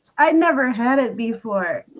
i never had it before